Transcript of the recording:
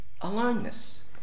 aloneness